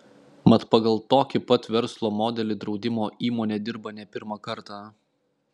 mat pagal tokį pat verslo modelį draudimo įmonė dirba ne pirmą kartą